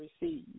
receive